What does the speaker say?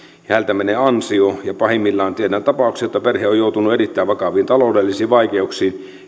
ja häneltä menee ansio pahimmillaan tiedän tapauksen että perhe on joutunut erittäin vakaviin taloudellisiin vaikeuksiin